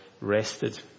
rested